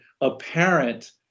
apparent